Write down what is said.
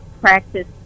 practice